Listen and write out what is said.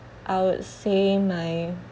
I would say my